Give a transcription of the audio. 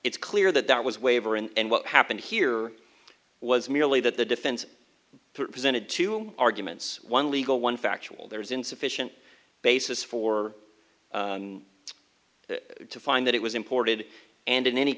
it's clear that that was waiver and what happened here was merely that the defense presented to arguments one legal one factual there was insufficient basis for to find that it was imported and in any